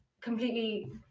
completely